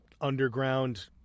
underground